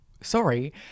sorry